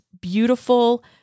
beautiful